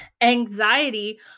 anxiety